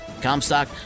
Comstock